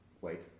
Wait